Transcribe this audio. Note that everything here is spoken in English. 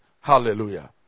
Hallelujah